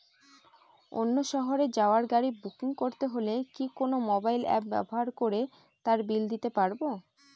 অন্য শহরে যাওয়ার গাড়ী বুকিং করতে হলে কি কোনো মোবাইল অ্যাপ ব্যবহার করে তার বিল দিতে পারব?